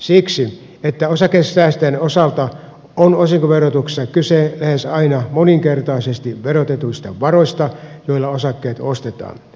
siksi että osakesäästäjän osalta on osinkoverotuksessa kyse lähes aina moninkertaisesti verotetuista varoista joilla osakkeet ostetaan